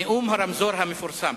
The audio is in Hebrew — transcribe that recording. נאום הרמזור המפורסם.